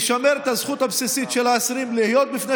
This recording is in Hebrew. לשמר את הזכות הבסיסית של האסירים להיות בפני